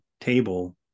table